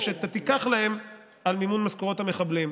שאתה תיקח להם על מימון משכורות המחבלים.